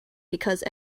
because